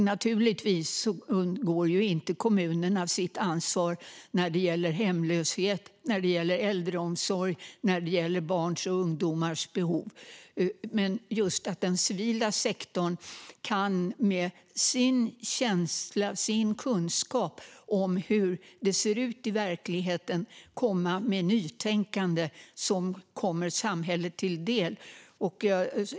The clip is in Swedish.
Naturligtvis undgår kommunerna inte sitt ansvar när det gäller hemlöshet, äldreomsorg eller barns och ungdomars behov, men den civila sektorn kan med sin känsla och kunskap om hur det ser ut i verkligheten komma med nytänkande som kommer samhället till del.